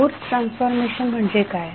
source transformation म्हणजे काय